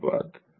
ধন্যবাদ